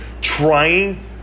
Trying